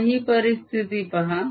आता ही परिस्थिती पहा